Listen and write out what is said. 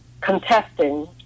contesting